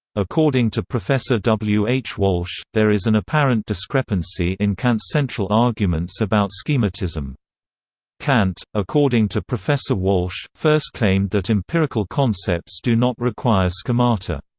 according to professor w. h. walsh, there is an apparent discrepancy discrepancy in kant's central arguments about so schematism. kant, according to professor walsh, first claimed that empirical concepts do not require schemata.